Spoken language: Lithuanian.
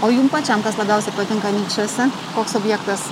o jum pačiam kas labiausiai patinka anykščiuose koks objektas